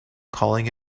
calling